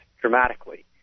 dramatically